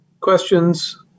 questions